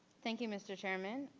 thank you, mr. chairman,